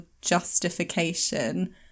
justification